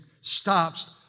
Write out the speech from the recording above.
stops